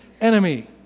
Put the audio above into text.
enemy